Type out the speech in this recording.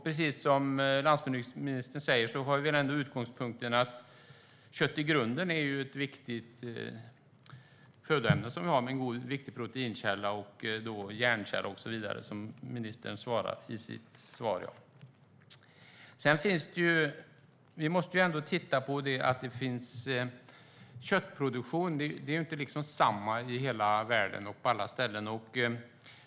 Precis som landsbygdsministern sa i sitt svar har vi väl ändå utgångspunkten att kött i grunden är ett viktigt födoämne, en viktig protein och järnkälla och så vidare. Vi måste titta på köttproduktionen. Den är inte densamma på alla ställen i världen.